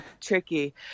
Tricky